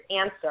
answer